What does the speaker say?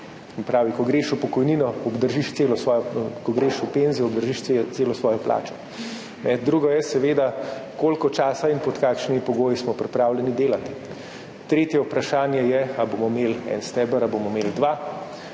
pol, je na Islandiji 103, se pravi, ko greš v penzijo, obdržiš celo svojo plačo. Drugo je, seveda, koliko časa in pod kakšnimi pogoji smo pripravljeni delati. Tretje vprašanje je, ali bomo imeli en steber ali bomo imeli dva.